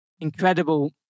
incredible